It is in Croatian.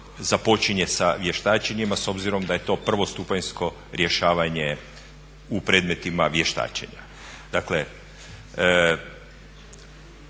započinje sa vještačenjima s obzirom da je to prvostupanjsko rješavanje u predmetima vještačenja.